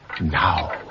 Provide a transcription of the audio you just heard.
now